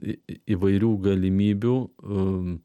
įvairių galimybių